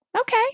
Okay